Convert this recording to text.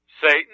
Satan